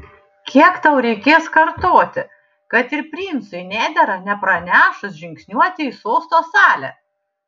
kiek tau reikės kartoti kad ir princui nedera nepranešus žingsniuoti į sosto salę